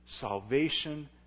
salvation